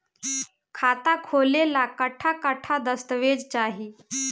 खाता खोले ला कट्ठा कट्ठा दस्तावेज चाहीं?